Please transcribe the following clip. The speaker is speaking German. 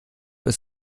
ist